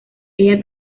ella